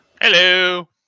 Hello